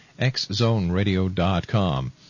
xzoneradio.com